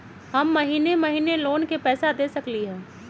हम महिने महिने लोन के पैसा दे सकली ह?